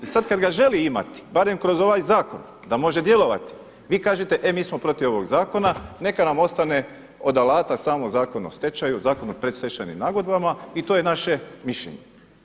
I sad kad ga želi imati barem kroz ovaj zakon da može djelovati vi kažete e mi smo protiv ovog zakona, neka nam ostane od alata samo Zakon o stečaju, Zakon o predstečajnim nagodbama i to je naše mišljenje.